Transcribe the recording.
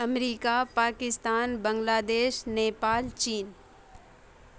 امریکہ Pakistan Bangladesh Nepal چین